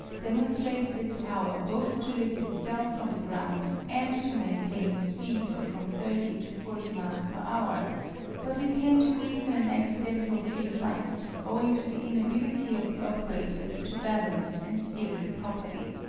demonstrated its power both to lift itself from the ground and to maintain a speed of from thirty to forty miles per hour but it came to grief in an accidental free flight, owing to the inability of the operators to balance and steer it properly.